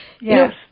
Yes